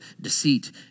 deceit